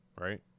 right